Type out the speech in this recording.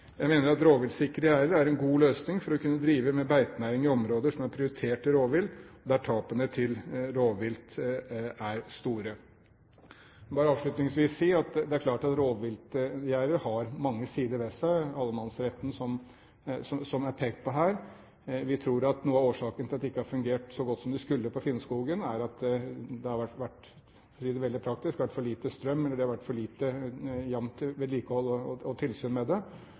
Jeg mener at rovviltsikre gjerder er en god løsning for å kunne drive med beitenæring i områder som er prioritert til rovvilt, og der tapene til rovvilt er store. Jeg vil avslutningsvis si at det er klart at rovviltgjerder har mange sider ved seg, bl.a. allemannsretten, som det er pekt på her. Vi tror at noe av årsaken til at de ikke har fungert så godt som de skulle på Finnskogen, er at det, for å si det veldig praktisk, har vært for lite strøm, eller at det har vært for lite jevnt vedlikehold og tilsyn med det.